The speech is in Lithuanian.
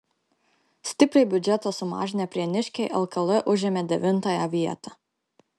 stipriai biudžetą sumažinę prieniškiai lkl užėmė devintąją vietą